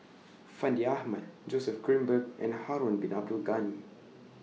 Fandi Ahmad Joseph Grimberg and Harun Bin Abdul Ghani